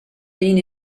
been